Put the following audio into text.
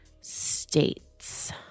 States